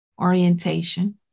orientation